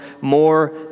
more